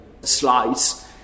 slides